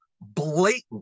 blatant